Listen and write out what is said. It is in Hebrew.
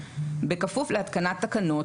בכפוף להתקנת תקנות.